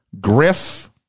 Griff